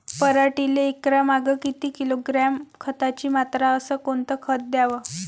पराटीले एकरामागं किती किलोग्रॅम खताची मात्रा अस कोतं खात द्याव?